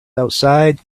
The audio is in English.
outside